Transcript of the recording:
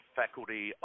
faculty